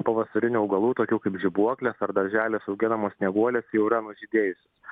pavasarinių augalų tokių kaip žibuoklės ar darželiuos auginamos snieguolės jau yra nužydėjusios